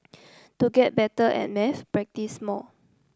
to get better at maths practise more